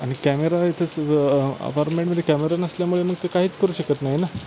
आणि कॅमेरा इथं अपारमेंटमध्ये कॅमेरा नसल्यामुळे मग ते काहीच करू शकत नाही ना